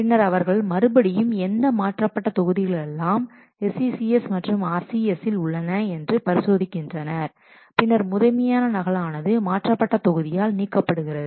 பின்னர் அவர்கள் மறுபடியும் எந்த மாற்றப்பட்ட தொகுதிகள் எல்லாம் SCCS மற்றும் RCS இல் உள்ளன என்று பரி சோதிக்கின்றனர் பின்னர் முதன்மையான நகல் ஆனது மாற்றப்பட்ட தொகுதியால் நீக்கப்படுகிறது